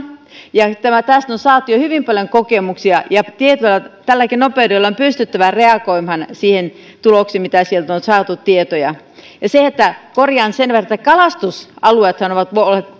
ja tästä on saatu jo hyvin paljon kokemuksia ja tietoa tälläkin nopeudella on pysyttävä reagoimaan niihin tuloksiin mitä sieltä on saatu tietoja korjaan sen verran että kalastusalueethan ovat olleet